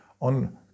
on